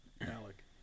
Alec